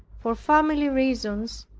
for family reasons,